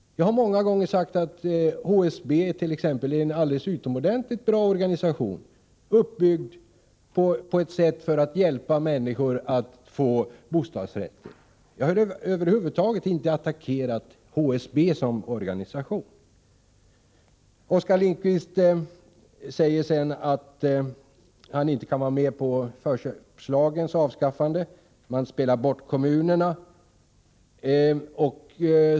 Jag har många gånger sagt att t.ex. HSB är en alldeles utomordentligt bra organisation, uppbyggd för att hjälpa människor att få bostadsrätt. Jag har över huvud taget inte attackerat HSB som organisation. Oskar Lirdkvist säger sedan att han inte kan vara med på förköpslagens avskaffande, att man spelar bort kommunerna.